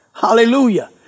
hallelujah